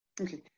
Okay